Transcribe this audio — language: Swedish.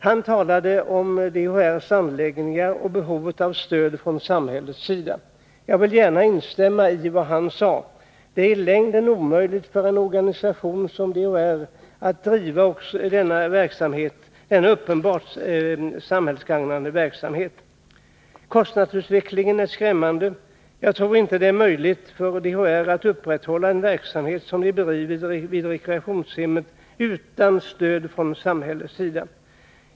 Han talade om DHR:s anläggningar och behovet av stöd från 147 samhället. Jag vill gärna instämma i vad han sade. Det är i längden omöjligt för en organisation som DHR att driva en så uppenbart samhällsgagnande verksamhet. Kostnadsutvecklingen är skrämmande. Jag tror inte att det är möjligt för DHR att utan samhällsstöd upprätthålla den verksamhet som man nu bedriver vid rekreationshemmen.